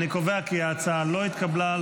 אני קובע כי ההצעה לא התקבלה,